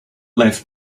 left